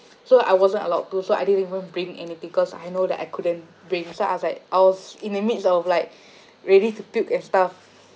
so I wasn't allowed to so I didn't even bring anything cause I know that I couldn't bring so I was like I was in the midst of like ready to puke and stuff